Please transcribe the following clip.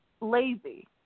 lazy